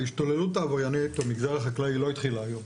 ההשתוללות העבריינית במגזר החקלאי לא התחילה היום.